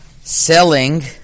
selling